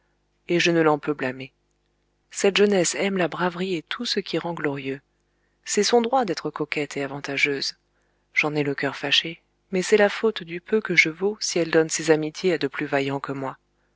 et je ne l'en peux blâmer cette jeunesse aime la braverie et tout ce qui rend glorieux c'est son droit d'être coquette et avantageuse j'en ai le coeur fâché mais c'est la faute du peu que je vaux si elle donne ses amitiés à de plus vaillants que moi